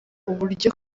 uburyo